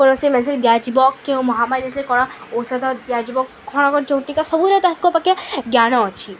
କୌଣସି ଦିଆଯିବ କେଉଁ ମହାମାରୀ କ'ଣ ଔଷଧ ଦିଆଯିବ କ'ଣ କ'ଣ ଚଉଟିିକା ସବୁୁର ତାଙ୍କ ପାଖେ ଜ୍ଞାନ ଅଛି